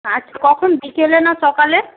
আচ্ছা কখন বিকেলে না সকালে